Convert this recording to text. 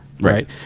right